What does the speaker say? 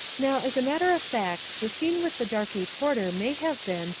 now, as a matter of fact, the scene with the darky porter may have been,